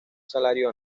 salario